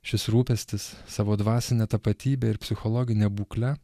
šis rūpestis savo dvasine tapatybe ir psichologine būkle